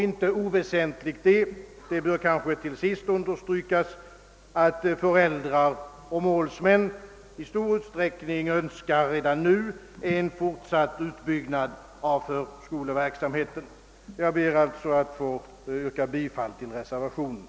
Icke oväsentligt är — det bör kanske till sist understrykas — att föräldrar och målsmän i stor utsträckning redan nu önskar en fortsatt utbyggnad av förskoleverksamheten. Jag ber alltså att få yrka bifall till reservationen.